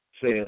says